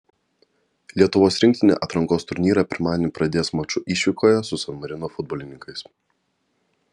lietuvos rinktinė atrankos turnyrą pirmadienį pradės maču išvykoje su san marino futbolininkais